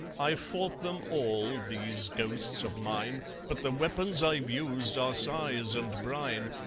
i've fought them all, these ghosts of mine, but the weapons i've used are sighs and brine,